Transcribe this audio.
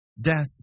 Death